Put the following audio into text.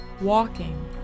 walking